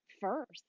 first